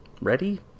Ready